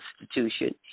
institution